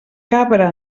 cabra